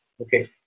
okay